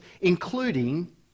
including